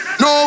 no